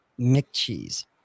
McCheese